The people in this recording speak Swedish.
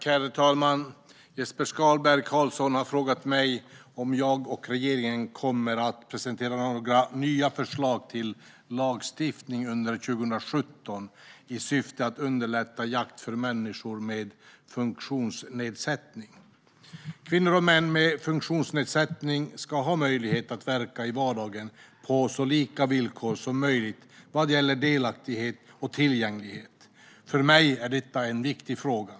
Herr talman! Jesper Skalberg Karlsson har frågat mig om jag och regeringen kommer att presentera några nya förslag till lagstiftning under 2017 i syfte att underlätta jakt för människor med funktionsnedsättning. Kvinnor och män med funktionsnedsättning ska ha möjlighet att verka i vardagen på så lika villkor som möjligt vad gäller delaktighet och tillgänglighet. För mig är detta en viktig fråga.